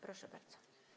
Proszę bardzo.